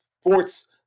sports